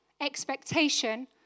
expectation